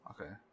okay